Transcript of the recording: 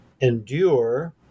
endure